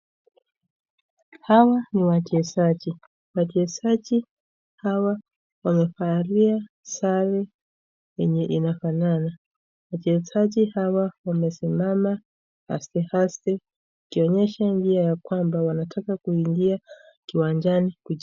Hawa ni wachezaji, wachezaji hawa wamevalia sare zenye zinafanna. Wachezaji hawa wamesimama asteaste wakionesha ya kwamba wanataka kuingia kiwanjani kucheza.